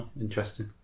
Interesting